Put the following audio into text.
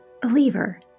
believer